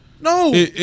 No